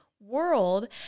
world